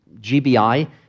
GBI